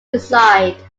decide